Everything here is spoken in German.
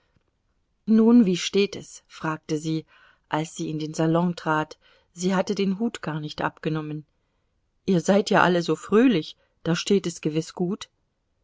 nun wie steht es fragte sie als sie in den salon trat sie hatte den hut gar nicht abgenommen ihr seid ja alle so fröhlich da steht es gewiß gut